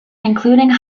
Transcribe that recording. including